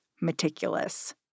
meticulous